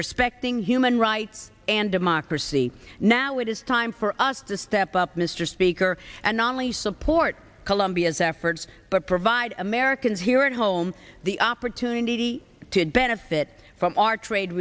respecting human rights and democracy now it is time for us to step up mr speaker and not only support colombia's efforts but provide americans here at home the opportunity to benefit from our trade